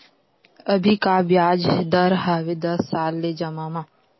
अभी का ब्याज दर हवे दस साल ले जमा मा?